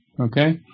okay